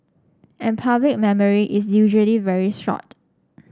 and public memory is usually very short